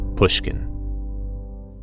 Pushkin